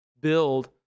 build